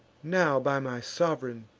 now, by my sov'reign,